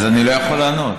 אז אני לא יכול לדבר.